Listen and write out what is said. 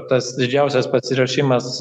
tas didžiausias pasiruošimas